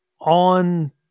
on